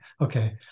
okay